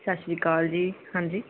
ਸਤਿ ਸ਼੍ਰੀ ਅਕਾਲ ਜੀ ਹਾਂਜੀ